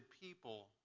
people